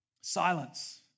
Silence